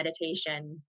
meditation